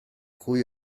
cui